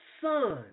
son